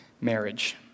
marriage